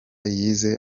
yize